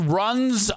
runs